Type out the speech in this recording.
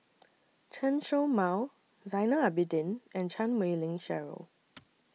Chen Show Mao Zainal Abidin and Chan Wei Ling Cheryl